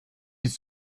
bis